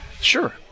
Sure